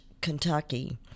Kentucky